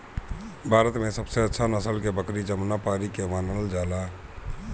भारत में सबसे अच्छा नसल के बकरी जमुनापारी के मानल जाला